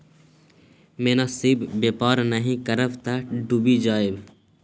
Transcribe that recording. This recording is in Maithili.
मोनासिब बेपार नहि करब तँ डुबि जाएब